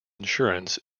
insurance